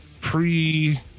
pre